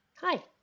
Hi